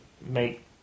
make